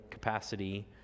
capacity